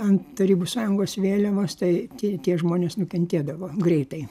ant tarybų sąjungos vėliavos tai tie tie žmonės nukentėdavo greitai